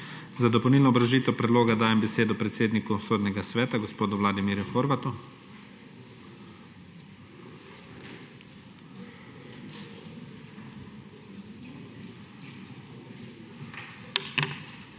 Za dopolnilno obrazložitev predloga dajem besedo predsedniku Sodnega sveta gospodu Vladimirju Horvatu.